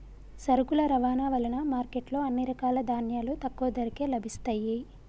సరుకుల రవాణా వలన మార్కెట్ లో అన్ని రకాల ధాన్యాలు తక్కువ ధరకే లభిస్తయ్యి